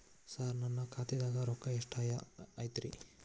ಸರ ನನ್ನ ಖಾತ್ಯಾಗ ರೊಕ್ಕ ಎಷ್ಟು ಐತಿರಿ?